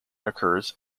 occurs